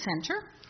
Center